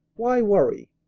why worry?